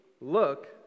look